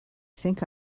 think